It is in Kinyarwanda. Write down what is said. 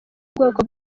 bwoko